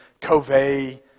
covey